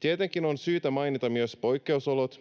Tietenkin on syytä mainita myös poikkeusolot